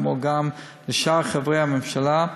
כמו גם לשאר חברי בממשלה,